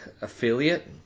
affiliate